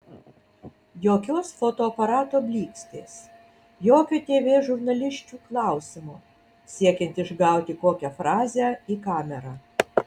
jokios fotoaparato blykstės jokio tv žurnalisčių klausimo siekiant išgauti kokią frazę į kamerą